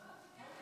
לא.